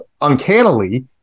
uncannily